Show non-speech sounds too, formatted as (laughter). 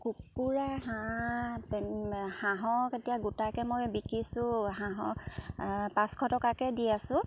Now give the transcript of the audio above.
কুকুৰা হাঁহ (unintelligible) হাঁহৰ এতিয়া গোটাকৈ মই বিকিছোঁ হাঁহৰ পাঁচশ টকাকৈ দি আছোঁ